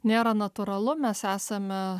nėra natūralu mes esame